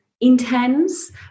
intense